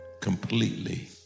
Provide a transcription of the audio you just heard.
completely